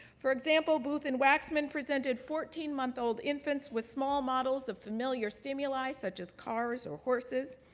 for example, booth and waxman presented fourteen month old infants with small models of familiar stimuli such as cars or horses.